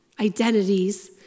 identities